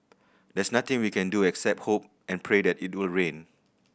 there's nothing we can do except hope and pray that it will rain